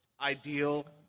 ideal